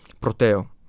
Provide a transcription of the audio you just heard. Proteo